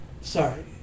sorry